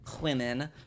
women